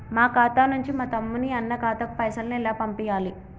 మా ఖాతా నుంచి మా తమ్ముని, అన్న ఖాతాకు పైసలను ఎలా పంపియ్యాలి?